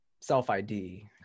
self-ID